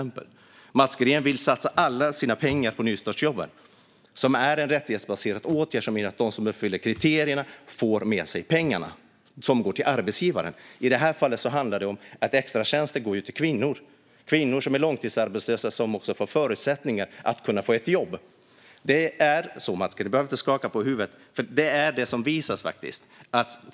Mats Green vill satsa alla sina pengar på nystartsjobben, som är en rättighetsbaserad åtgärd som innebär att de som uppfyller kriterierna får med sig pengarna som går till arbetsgivaren. I detta fall handlar det om att extratjänster går till kvinnor, kvinnor som är långtidsarbetslösa och som också får förutsättningar att få ett jobb. Det är så, Mats Green. Du behöver inte skaka på huvudet.